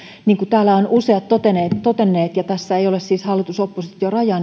niin kuin täällä ovat useat todenneet todenneet ja tässä ei ole siis hallitus oppositio rajaa